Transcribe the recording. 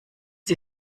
die